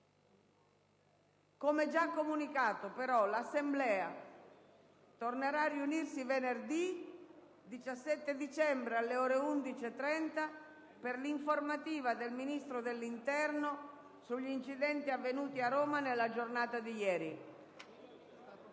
Come già comunicato, l'Assemblea tornerà a riunirsi venerdì 17 dicembre, alle ore 11,30, per l'informativa del Ministro dell'interno sugli incidenti avvenuti a Roma nella giornata di ieri.